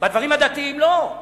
בדברים הדתיים לא?